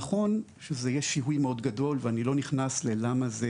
נכון שזה יהיה שיהוי מאוד גדול ואני לא נכנס ללמה זה.